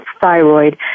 thyroid